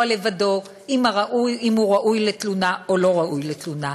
לבדו אם הוא ראוי לתלונה או לא ראוי לתלונה.